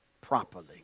properly